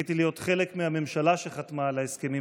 זכיתי להיות חלק מהממשלה שחתמה על ההסכמים